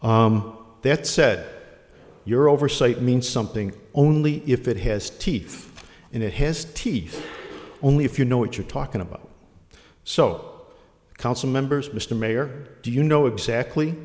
that said your oversight means something only if it has teeth and it has teeth only if you know what you're talking about so council members mr mayor do you know exactly